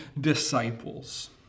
disciples